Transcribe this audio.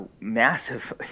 massive